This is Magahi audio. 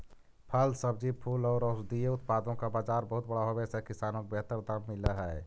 फल, सब्जी, फूल और औषधीय उत्पादों का बाजार बहुत बड़ा होवे से किसानों को बेहतर दाम मिल हई